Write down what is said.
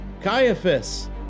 Caiaphas